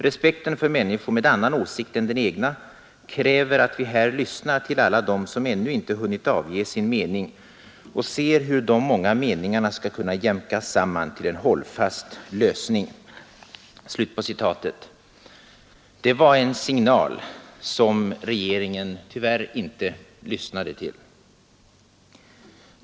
Respekten för människor med annan åsikt än den egna kräver, att vi här lyssnar till alla dem som ännu inte hunnit avge sin mening och ser hur de många meningarna skall kunna jämkas samman till en hållfast lösning.” Det var en signal som regeringen tyvärr inte lyssnade till.